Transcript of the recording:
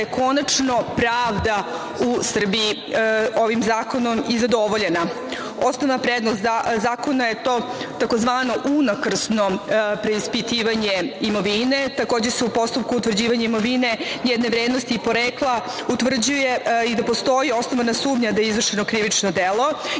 da je konačno pravda u Srbiji ovim zakonom i zadovoljena. Osnovna prednost zakona je to tzv. unakrsno preispitivanje imovine. Takođe se u postupku utvrđivanja imovine, njene vrednosti i porekla, utvrđuje i da postoji osnovana sumnja da je izvršeno krivično delo.